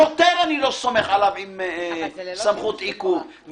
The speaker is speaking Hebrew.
שוטר אני לא סומך עליו עם סמכות עיכוב.